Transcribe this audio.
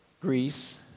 Greece